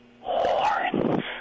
horns